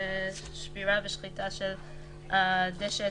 שבירה והשחתה של דשא,